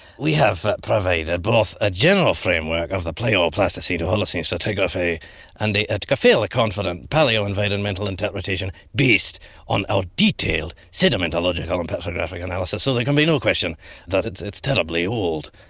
we have provided both a general framework of the pleio-pleistocene to holocene stratigraphy and a ah a fairly confident paleo-environmental interpretation based on our detailed sedimentological and petrographic analysis, so there can be no question that it's it's terribly old.